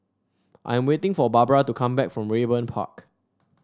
I am waiting for Barbra to come back from Raeburn Park